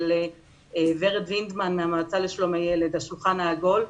וורד וינדמן מהמועצה לשלום הילד בשולחן העגול,